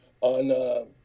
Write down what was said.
On